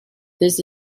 this